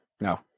no